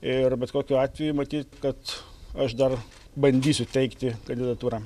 ir bet kokiu atveju matyt kad aš dar bandysiu teikti kandidatūrą